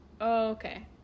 okay